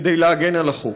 כדי להגן על החוף.